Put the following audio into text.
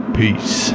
peace